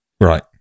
Right